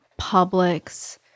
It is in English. Publix